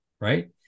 right